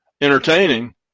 entertaining